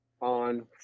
on